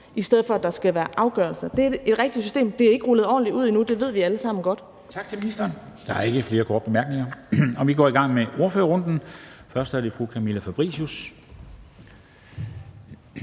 i stedet for at der skal være afgørelser? Det er et rigtigt system. Det er ikke rullet ordentligt ud endnu. Det ved vi alle sammen godt.